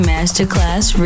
Masterclass